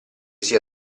sia